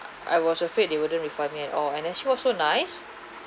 I was afraid they wouldn't me at all and then she was so nice